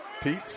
Pete